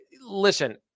Listen